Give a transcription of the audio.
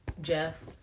Jeff